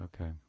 Okay